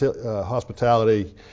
hospitality